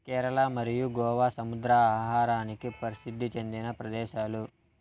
కేరళ మరియు గోవా సముద్ర ఆహారానికి ప్రసిద్ది చెందిన ప్రదేశాలు